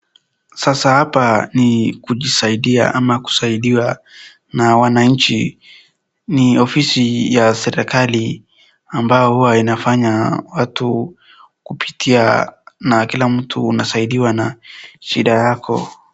Sasa hapa ni kujisaidia ama kusaidia na wanachi. Ni ofisi ya serikali ambao huwa inafanya watu kupitia na kila mtu unasaidiwa na shida yako.